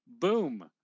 Boom